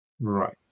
Right